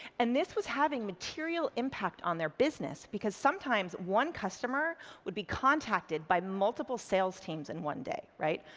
and this was having material impact on their business because sometimes one customer would be contacted by multiple sales teams in one day, right?